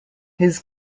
his